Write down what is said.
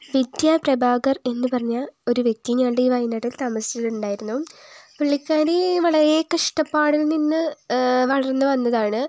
വിദ്യ പ്രഭാകർ എന്നു പറഞ്ഞ ഒരു വ്യക്തി ഞങ്ങളുടെ ഈ വയനാട്ടിൽ താമസിച്ചിട്ടുണ്ടായിരുന്നു പുള്ളിക്കാരി വളരേ കഷ്ടപ്പാടിൽ നിന്ന് വളർന്നു വന്നതാണ്